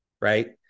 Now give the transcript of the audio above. right